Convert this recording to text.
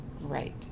right